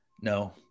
No